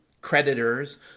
creditors